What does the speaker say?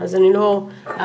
אז אני לא אאריך.